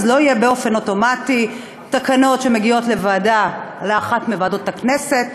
אז לא יהיו באופן אוטומטי תקנות שמגיעות לאחת מוועדות הכנסת,